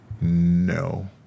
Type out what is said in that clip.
No